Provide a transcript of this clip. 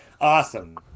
Awesome